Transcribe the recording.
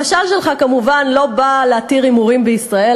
המשל שלך כמובן לא בא להתיר הימורים בישראל,